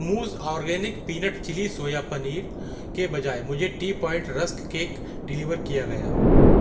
मूज़ organic peanut chilli soya paneer के बजाय मुझे T point rusk cake deliver किया गया